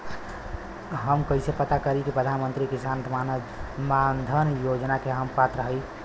हम कइसे पता करी कि प्रधान मंत्री किसान मानधन योजना के हम पात्र हई?